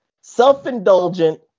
self-indulgent